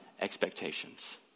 expectations